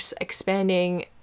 expanding